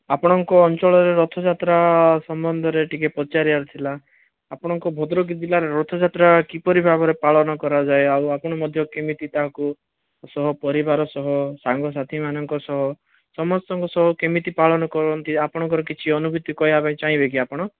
ଆପଣଙ୍କ ଅଞ୍ଚଳରେ ରଥଯାତ୍ରା ସମ୍ବଦ୍ଧରେ ଟିକେ ପଚାରିବାର ଥିଲା ଆପଣଙ୍କ ଭଦ୍ରକ ଜିଲ୍ଲାରେ ରଥଯାତ୍ରା କିପରି ଭାବରେ ପାଳନ କରାଯାଏ ଆଉ ଆପଣ ମଧ୍ୟ କେମିତି ତାକୁ ସହ ପରିବାର ସହ ସାଙ୍ଗସାଥି ମାନଙ୍କ ସହ ସମସ୍ତଙ୍କ ସହ କେମିତି ପାଳନ କରନ୍ତି ଆପଣଙ୍କର କିଛି ଅନୁଭୂତି କହିବା ପାଇଁ ଚାହିଁବେ କି ଆପଣ